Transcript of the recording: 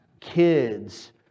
kids